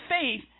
faith